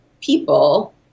people